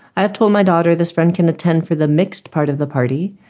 i have told my daughter this friend can attend for the mixed part of the party,